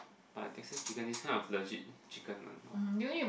but Texas chicken is kind of legit chicken [one] !wah!